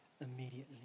immediately